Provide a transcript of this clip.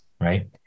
right